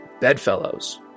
bedfellows